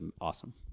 awesome